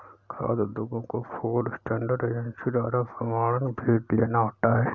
खाद्य उद्योगों को फूड स्टैंडर्ड एजेंसी द्वारा प्रमाणन भी लेना होता है